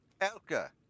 Elka